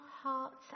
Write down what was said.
hearts